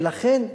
ולכן,